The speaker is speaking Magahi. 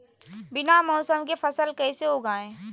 बिना मौसम के फसल कैसे उगाएं?